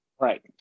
right